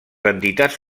entitats